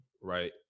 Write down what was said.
right